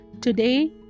Today